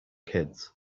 kids